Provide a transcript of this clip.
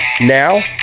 Now